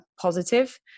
positive